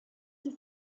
sie